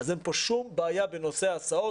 אז אין פה שום בעיה בנושא ההסעות.